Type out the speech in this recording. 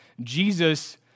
Jesus